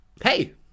Hey